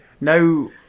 no